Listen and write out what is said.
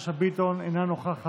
עזוב, אני לא אלך לשם.